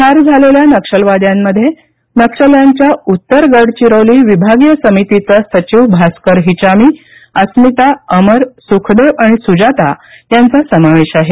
ठार झालेल्या नक्षलवाद्यांमध्ये नक्षल्यांच्या उत्तर गडचिरोली विभागीय समितीचा सचिव भास्कर हिचामी अस्मिता अमर सुखदेव आणि सुजाता यांचा समावेश आहे